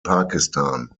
pakistan